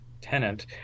tenant